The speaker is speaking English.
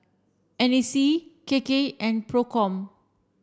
N A C K K and PROCOM